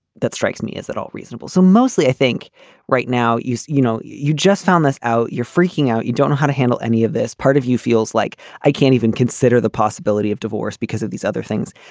that strikes me as at all reasonable so mostly i think right now you you know you just found this out. you're freaking out you don't know how to handle any of this part of you feels like i can't even consider the possibility of divorce because of these other things.